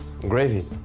Gravy